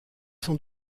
sans